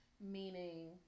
meaning